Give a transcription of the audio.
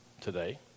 today